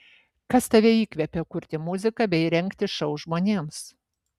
kas tave įkvepia kurti muziką bei rengti šou žmonėms